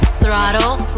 throttle